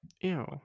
Ew